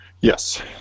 Yes